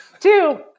Two